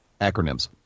acronyms